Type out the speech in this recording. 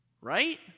Right